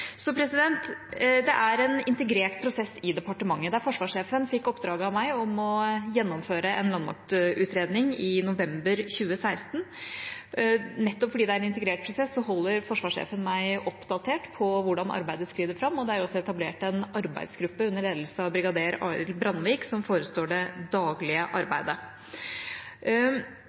Det er en integrert prosess i departementet. Forsvarssjefen fikk i oppdrag av meg å gjennomføre en landmaktutredning i november 2016, og nettopp fordi det er en integrert prosess, holder forsvarssjefen meg oppdatert om hvordan arbeidet skrider fram. Det er også etablert en arbeidsgruppe under ledelse av brigader Aril Brandvik som forestår det daglige arbeidet.